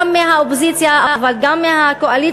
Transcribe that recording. גם מהאופוזיציה אבל גם מהקואליציה,